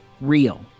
Real